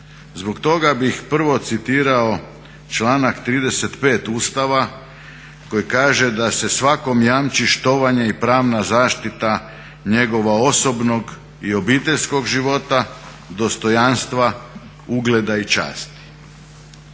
Zbog toga bih prvo citirao članak 35. Ustava koji kaže da se svakom jamči štovanje i pravna zaštita njegova osobnog i obiteljskog života, dostojanstva, ugleda i časti.